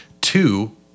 Two